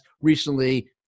recently